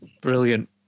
brilliant